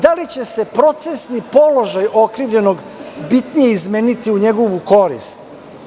Da li će se procesni položaj okrivljenog bitnije izmeniti u njegovu korist?